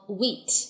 wheat